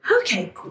Okay